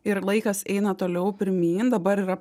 ir laikas eina toliau pirmyn dabar yra